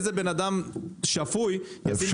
ואיזה בן אדם שפוי ישים את הכסף שלו במצב כזה?